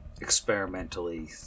experimentally